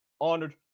honored